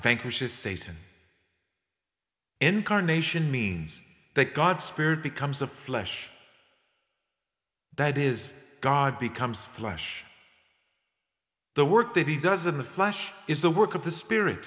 vanquishes satan incarnation means that god spared becomes a flesh that is god becomes flesh the work that he does in the flesh is the work of the spirit